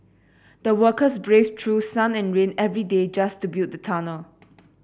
the workers braved through sun and rain every day just to build the tunnel